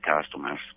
customers